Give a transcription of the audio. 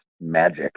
magic